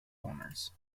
owners